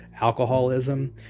alcoholism